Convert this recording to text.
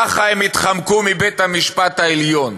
ככה הם התחמקו מבית-המשפט העליון,